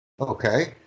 Okay